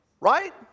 Right